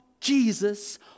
Jesus